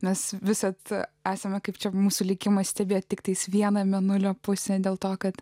nes visad esame kaip čia mūsų likimas stebi tiktai vieną mėnulio pusę dėl to kad